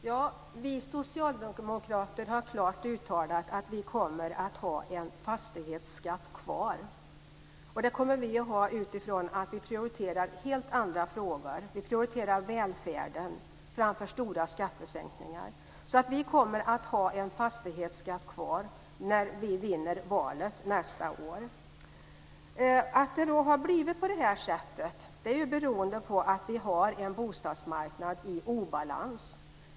Fru talman! Vi socialdemokrater har klart uttalat att vi kommer att ha en fastighetsskatt kvar, och det kommer vi att ha utifrån att vi prioriterar helt andra frågor. Vi prioriterar välfärden framför stora skattesänkningar, så vi kommer att ha en fastighetsskatt kvar när vi vinner valet nästa år. Att det har blivit på det här sättet beror ju på att vi har en bostadsmarknad i obalans.